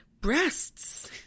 breasts